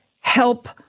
help